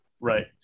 right